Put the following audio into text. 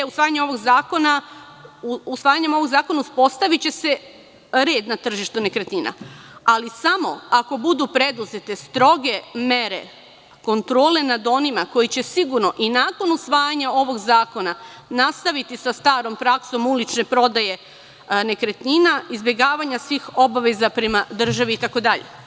Usvajanjem ovog zakona uspostaviće se red na tržištu nekretnina, ali samo ako budu preduzete stroge mere kontrole nad onima koji će sigurno i nakon usvajanja ovog zakona nastaviti sa starom praksom ulične prodaje nekretnina, izbegavanja svih obaveza prema državi itd.